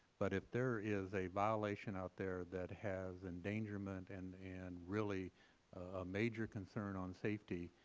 but if there is a violation out there that has endangerment and and really a major concern on safety,